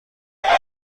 بیادب